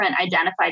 identified